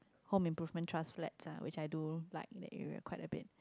home improvement trust flat ah which I do like in the area quite a bit